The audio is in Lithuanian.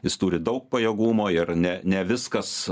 jis turi daug pajėgumo ir ne ne viskas